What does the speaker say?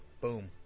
boom